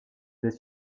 les